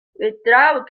without